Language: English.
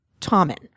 Tommen